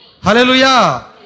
Hallelujah